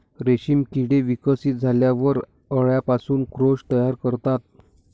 रेशीम किडे विकसित झाल्यावर अळ्यांपासून कोश तयार करतात